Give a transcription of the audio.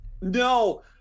No